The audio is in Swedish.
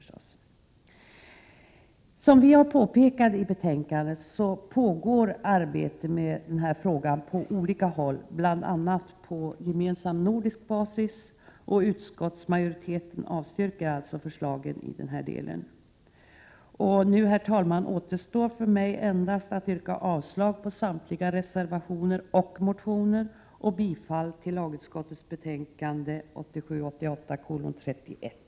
Som vi påpekat i betänkandet pågår arbete med denna fråga på olika håll, bl.a. på gemensam nordisk basis, och utskottsmajoriteten avstyrker alltså förslagen i denna del. Nu, herr talman, återstår för mig endast att yrka avslag på samtliga reservationer och motioner och bifall till lagutskottets hemställan i betänkande 1987/88:31.